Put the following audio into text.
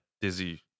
Dizzy